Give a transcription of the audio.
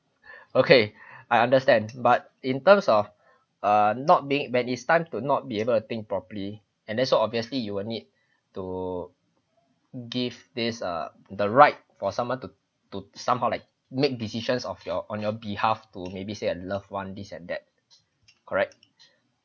okay I understand but in terms of err not being when it's time to not be able to think properly and then so obviously you will need to give this uh the right for someone to to somehow like make decisions of your on your behalf to maybe say a loved one this at that correct